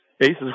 Aces